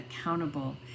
accountable